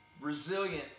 resilient